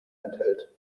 enthält